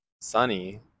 sunny